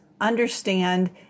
understand